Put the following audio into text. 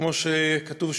כמו שכתוב,